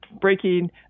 breaking